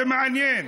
זה מעניין.